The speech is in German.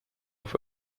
auf